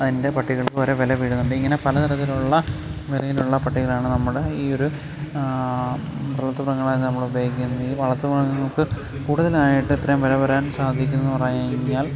അതിൻ്റെ പട്ടികൾക്ക് ഓരോ വില വരുന്നുണ്ട് ഇങ്ങനെ പല തരത്തിലുള്ള വിലയിലുള്ള പട്ടികളാണ് നമ്മുടെ ഈ ഒരു വളർത്തു മൃഗങ്ങളായിട്ട് നമ്മൾ ഉപയോഗിക്കുന്നത് ഈ വളർത്തു മൃഗങ്ങൾക്ക് കൂടുതലായിട്ട് ഇത്ര വില വരാൻ സാധിക്കുന്നു എന്ന് പറഞ്ഞു കഴിഞ്ഞാൽ